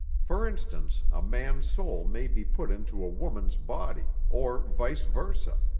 for instance, a man's soul may be put into a woman's body, or vice versa.